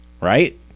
right